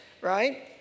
right